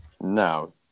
No